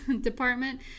department